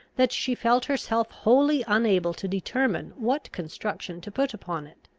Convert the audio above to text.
that she felt herself wholly unable to determine what construction to put upon it.